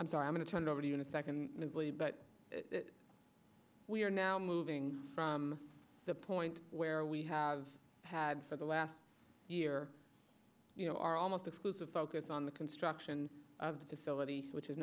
i'm sorry i'm going to turn it over to you in a second but we are now moving from the point where we have had for the last year you know our almost exclusive focus on the construction of the facility which is